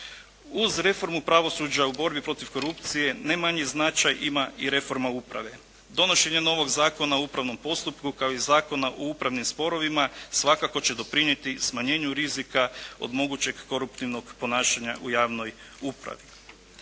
Uz reformu pravosuđa u borbi protiv korupcije ne manji značaj ima i reforma uprave. Donošenje novog Zakona o upravnom postupku kao i Zakona o upravnim sporovima svakako će doprinijeti smanjenju rizika od mogućeg koruptivnog ponašanja u javnoj upravi.